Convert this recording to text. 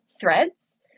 threads